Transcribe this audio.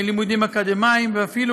לימודים אקדמיים ואפילו